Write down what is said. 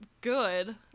good